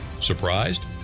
Surprised